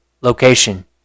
location